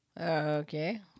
Okay